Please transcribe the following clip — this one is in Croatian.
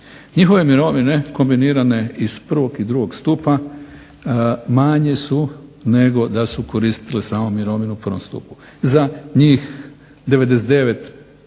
Njihove mirovine kombinirane iz prvog i drugog stupa manje su nego da su koristili samo mirovinu u prvom stupu. Za njih 99%,